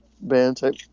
band-type